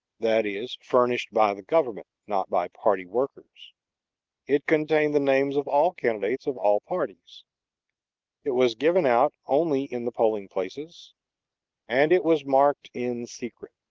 that is, furnished by the government, not by party workers it contained the names of all candidates of all parties it was given out only in the polling places and it was marked in secret.